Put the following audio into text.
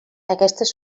aquestes